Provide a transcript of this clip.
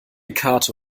karte